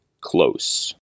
close